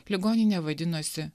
ligoninė vadinosi